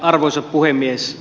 arvoisa puhemies